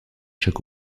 chaque